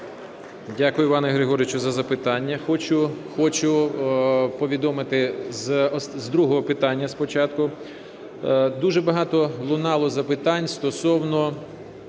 Дякую, Іване Григоровичу, за запитання. Хочу повідомити з другого питання спочатку. Дуже багато лунало запитань стосовно